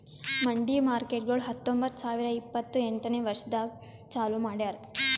ಮಂಡಿ ಮಾರ್ಕೇಟ್ಗೊಳ್ ಹತೊಂಬತ್ತ ಸಾವಿರ ಇಪ್ಪತ್ತು ಎಂಟನೇ ವರ್ಷದಾಗ್ ಚಾಲೂ ಮಾಡ್ಯಾರ್